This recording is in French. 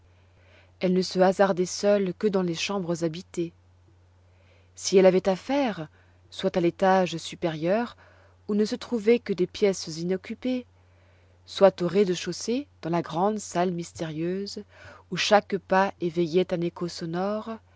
elle ne se hasardait seule que dans les chambres habitées si elle avait à faire soit à l'étage supérieur où ne se trouvaient que des pièces inoccupées soit au rez-de-chaussée dans la grande salle mystérieuse où chaque pas éveillait un écho sonore